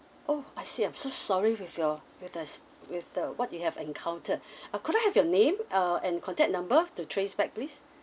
oh I see I'm so sorry with your with us with the what you have encounter uh could I have your name uh and contact number to trace back please